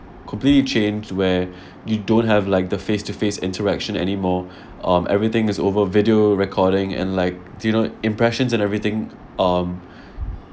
completely changed where you don't have like the face to face interaction anymore um everything is over video recording and like do you know impressions and everything um